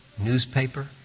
newspaper